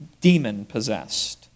demon-possessed